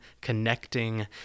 connecting